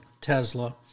Tesla